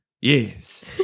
Yes